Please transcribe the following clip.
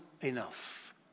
enough